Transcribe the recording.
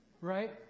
Right